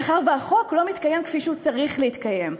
מאחר שהחוק לא מתקיים כפי שהוא צריך להתקיים.